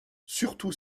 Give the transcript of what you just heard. surtout